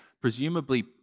presumably